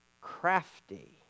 crafty